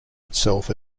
itself